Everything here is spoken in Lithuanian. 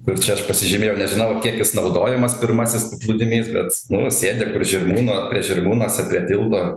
kur čia aš pasižymėjau nežinau kiek jis naudojamas pirmasis paplūdimys bet nu sėdi prie žirmūnų prie žirmūnuose prie tilto